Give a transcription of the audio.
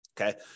Okay